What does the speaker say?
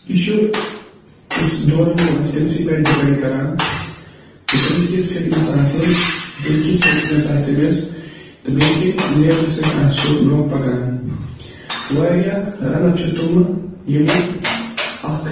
یہِ چھُ یُس دورَس وول آسہِ تٔمۍ سٕے پٮ۪ٹھ ڈِپٮ۪نٛڈ کران زِ تٔمِس کِژھ فِٹنٮ۪س آسہِ بیٚیہِ کِژھ اٮ۪کٕسپیٖرَنس آسہِ تٔمِس تہٕ بیٚیہِ کٔمۍ لیولہِ سۭتۍ آسہِ سُہ برونٛہہ پکان واریاہ رَنَر چھِ تِمہٕ ییٚمہٕ اَکھ